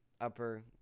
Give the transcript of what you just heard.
upper